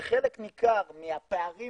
חלק ניכר מהפערים